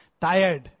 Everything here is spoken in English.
Tired